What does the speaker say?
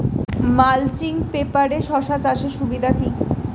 Mulching পেপারে শসা চাষের সুবিধা কি?